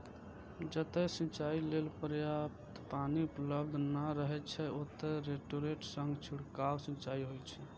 जतय सिंचाइ लेल पर्याप्त पानि उपलब्ध नै रहै छै, ओतय रोटेटर सं छिड़काव सिंचाइ होइ छै